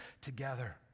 together